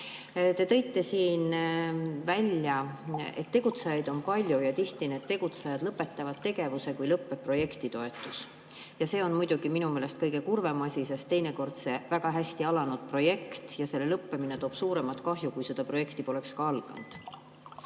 Te tõite siin välja, et tegutsejaid on palju ja tihti need tegutsejad lõpetavad tegevuse, kui lõpeb projektitoetus. Ja see on muidugi minu meelest kõige kurvem asi, sest teinekord see väga hästi alanud projekti lõppemine toob suuremat kahju kui see, et see projekt poleks alanudki.